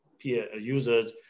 users